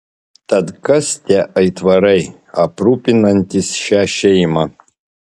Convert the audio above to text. tad kas tie aitvarai aprūpinantys šią šeimą